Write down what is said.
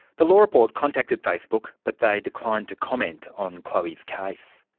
the law report contacted facebook but they declined to comment on chloe's case.